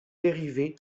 dérivé